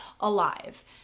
alive